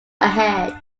ahead